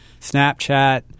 Snapchat